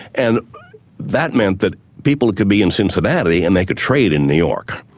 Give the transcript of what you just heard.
and that meant that people could be in cincinnati and they could trade in new york.